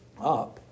up